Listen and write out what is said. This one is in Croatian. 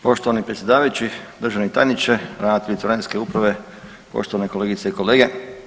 Poštovani predsjedavajući, državni tajniče, ravnatelji Carinske uprave, poštovane kolegice i kolege.